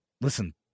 Listen